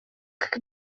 как